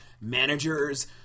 managers